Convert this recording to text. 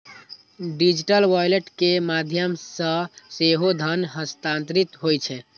digital wallet के माध्यम सं सेहो धन हस्तांतरित होइ छै